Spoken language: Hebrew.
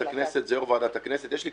הכנסת זה יו"ר ועדת הכנסת.